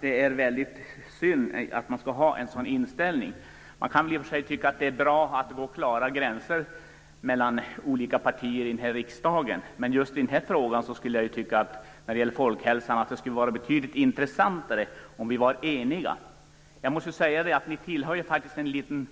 Det är därför väldigt synd att Moderaterna skall ha en sådan inställning. I och för sig är det väl bra att det går klara gränser mellan olika partier i den här riksdagen, men just när det gäller folkhälsan vore det betydligt intressantare om vi kunde vara eniga. Moderaterna utgör ju i den här frågan en liten